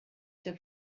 der